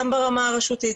גם ברמה הרשותית,